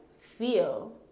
feel